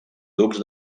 ducs